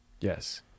Yes